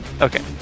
Okay